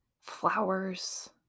flowers